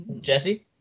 Jesse